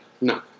No